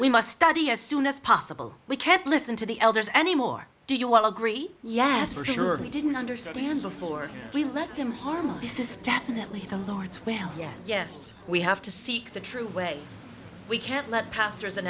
we must study as soon as possible we can't listen to the elders anymore do you all agree yassar surely didn't understand before we let him harm this is definitely the lord's will yes yes we have to seek the true way we can't let pastors